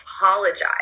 apologize